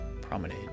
promenade